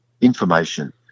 information